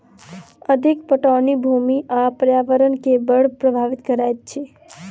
अधिक पटौनी भूमि आ पर्यावरण के बड़ प्रभावित करैत अछि